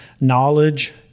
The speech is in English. knowledge